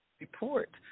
report